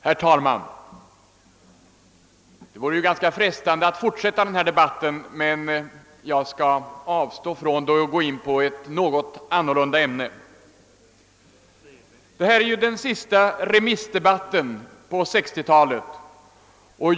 Herr talman! Det vore frestande att fortsätta denna debatt, men jag skall avstå från det. Detta är den sista remissdebatten på 1960-talet.